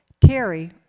Terry